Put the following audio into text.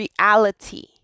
reality